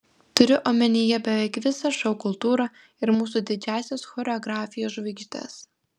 turiu omenyje beveik visą šou kultūrą ir mūsų didžiąsias choreografijos žvaigždes